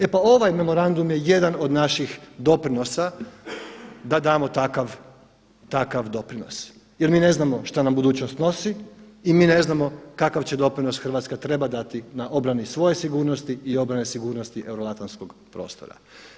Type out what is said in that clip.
E pa ovaj memorandum je jedan od naših doprinosa da damo takav doprinos jer mi ne znamo šta nam budućnost nosi i mi ne znamo kakav će doprinos Hrvatska trebati dati na obrani svoje sigurnosti i obrani sigurnosti euroatlantskog prostora.